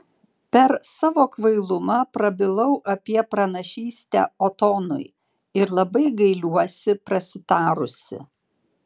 per savo kvailumą prabilau apie pranašystę otonui ir labai gailiuosi prasitarusi